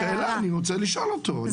לא, זו שאלה, אני רוצה לשאול אותו.